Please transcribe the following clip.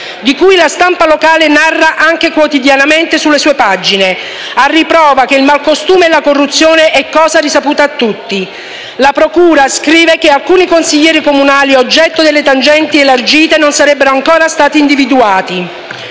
di cui la stampa locale narra anche quotidianamente sulle sue pagine, a riprova che il malcostume e la corruzione sono cosa risaputa da tutti. La procura scrive che alcuni consiglieri comunali, oggetto delle tangenti elargite, non sarebbero ancora stati individuati.